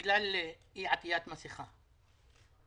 בגלל אי עטיית מסכה.